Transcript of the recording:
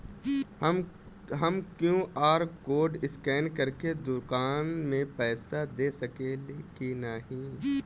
हम Q R code scan करके दुकान में पईसा दे सकेला की नाहीं?